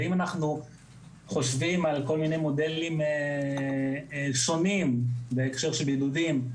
אם אנחנו חושבים על כל מיני מודלים שונים בהקשר של בידודים,